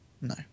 No